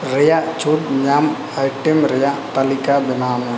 ᱨᱮᱭᱟᱜ ᱪᱷᱩᱴ ᱧᱟᱢ ᱟᱭᱴᱮᱢ ᱨᱮᱭᱟᱜ ᱛᱟᱹᱞᱤᱠᱟ ᱵᱮᱱᱟᱣ ᱢᱮ